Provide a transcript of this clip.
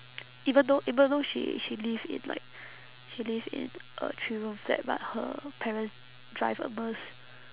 even though even though she she live in like she live in a three room flat but her parents drive a merc